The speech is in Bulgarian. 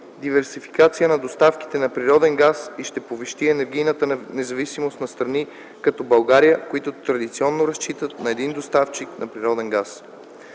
диверсификация на доставките на природен газ и ще повиши енергийната независимост на страни като България, които традиционно разчитат на един доставчик на природен газ.